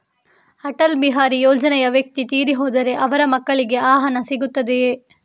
ಅಟಲ್ ಬಿಹಾರಿ ಯೋಜನೆಯ ವ್ಯಕ್ತಿ ತೀರಿ ಹೋದರೆ ಅವರ ಮಕ್ಕಳಿಗೆ ಆ ಹಣ ಸಿಗುತ್ತದೆಯೇ?